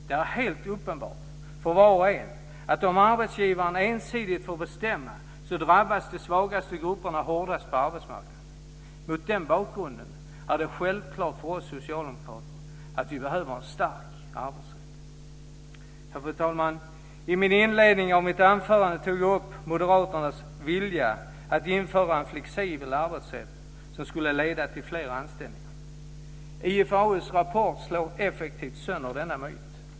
Det är helt uppenbart för var och en att om arbetsgivaren ensidigt får bestämma, drabbas de svagaste grupperna hårdast på arbetsmarknaden. Mot den bakgrunden är det självklart för oss socialdemokrater att vi behöver en stark arbetsrätt. Fru talman! I inledningen av mitt anförande tog jag upp moderaternas vilja att införa en flexibel arbetsrätt som skulle leda till fler anställningar. IFAU:s rapport slår effektivt sönder denna myt.